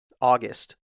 August